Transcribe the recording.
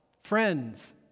Friends